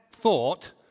thought